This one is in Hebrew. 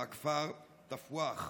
מהכפר תפוח,